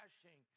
crashing